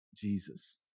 Jesus